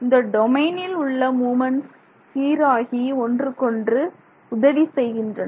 இந்த டொமைனில் உள்ள மூமென்ட்ஸ் சீராகி ஒன்றுக்கொன்று உதவி செய்கின்றன